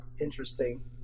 Interesting